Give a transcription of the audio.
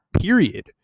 period